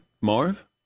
Marv